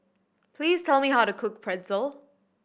please tell me how to cook Pretzel